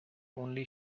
only